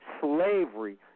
slavery